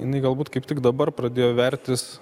jinai galbūt kaip tik dabar pradėjo vertis